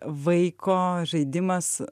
vaiko žaidimas